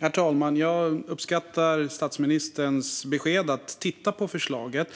Herr talman! Jag uppskattar statsministerns besked om att titta på förslaget,